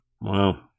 wow